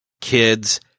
kids